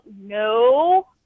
no